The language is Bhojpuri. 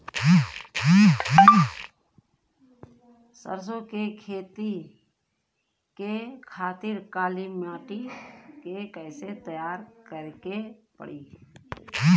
सरसो के खेती के खातिर काली माटी के कैसे तैयार करे के पड़ी?